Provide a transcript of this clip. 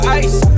ice